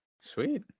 sweet